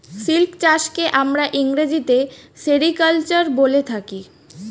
silk চাষকে আমরা ইংরেজিতে সেরিকালচার বলে থাকি